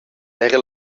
era